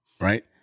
right